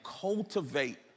cultivate